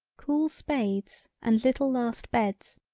cool spades and little last beds,